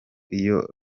iyo